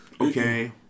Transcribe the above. Okay